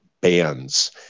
bands